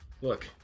Look